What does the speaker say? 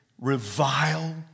revile